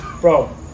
Bro